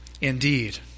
indeed